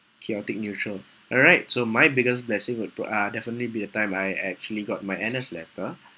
chaotic neutral alright so my biggest blessing would brought uh definitely be a time I actually got my N_S letter